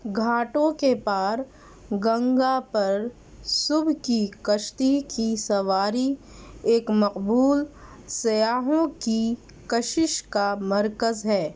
گھاٹوں کے پار گنگا پر صبح کی کشتی کی سواری ایک مقبول سیاحوں کی کشش کا مرکز ہے